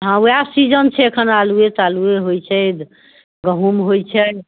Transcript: हँ ओएह सीजन छै अखन आलूए तालूए होइत छै गहुँम होइत छै